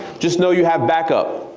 just know you have backup.